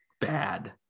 bad